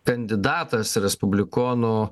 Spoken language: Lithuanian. kandidatas respublikonų